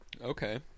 Okay